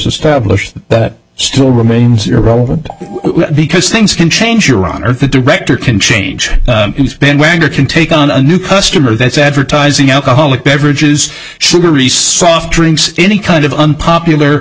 stablished that still remains irrelevant because things can change your honor the director can change he's been wearing or can take on a new customer that's advertising alcoholic beverages sugary soft drinks any kind of unpopular